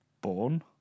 Born